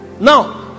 Now